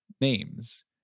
names